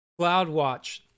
CloudWatch